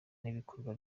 n’ibikorwa